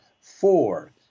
four